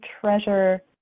treasure